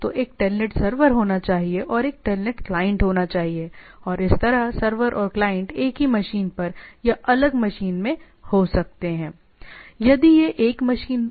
तो एक Telnet server होना चाहिए और एक Telnet क्लाइंट होना चाहिए और इस तरह सर्वर और क्लाइंट एक ही मशीन पर या अलग मशीन में हो सकते हैं